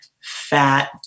fat